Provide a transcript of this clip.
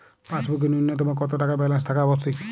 পাসবুকে ন্যুনতম কত টাকা ব্যালেন্স থাকা আবশ্যিক?